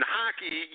hockey